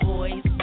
Boys